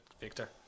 Victor